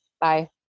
bye